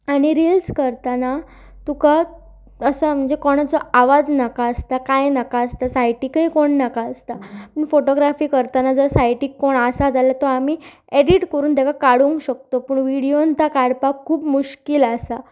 आनी रिल्स करतना तुका असं म्हणजे कोणाचो आवाज नाका आसता कांय नाका आसता सायडीकय कोण नाका आसता पूण फोटोग्राफी करताना जर सायडीक कोण आसा जाल्यार तो आमी एडिट करून ताका काडूंक शकत पूण विडियन तं काडपाक खूब मुश्कील आसा